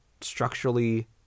structurally